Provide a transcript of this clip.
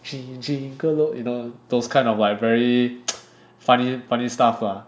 jig-a-low you know those kind of like very funny funny stuff lah